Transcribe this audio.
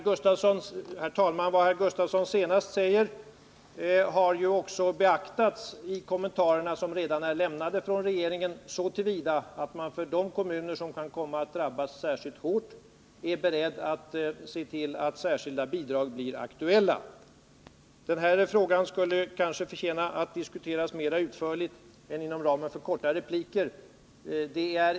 Herr talman! Vad herr Gustafsson senast sade har i de kommentarer som redan är lämnade från regeringen också beaktats så till vida att man för de kommuner som kan komma att drabbas särskilt hårt är beredd att se till att särskilda bidrag blir aktuella. Denna fråga skulle kanske förtjäna att diskuteras mer utförligt än inom ramen för korta repliker.